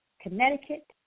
Connecticut